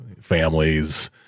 families